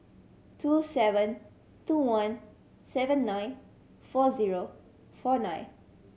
two seven two one seven nine four zero four nine